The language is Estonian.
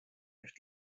üht